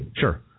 Sure